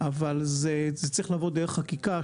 אבל זה צריך לבוא דרך חקיקה,